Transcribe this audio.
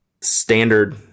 standard